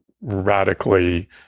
Radically